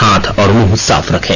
हाथ और मुंह साफ रखें